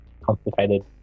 constipated